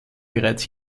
bereits